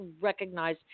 recognize